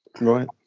Right